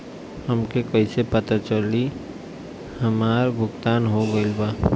हमके कईसे पता चली हमार भुगतान हो गईल बा?